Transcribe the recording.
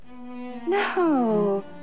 no